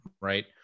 right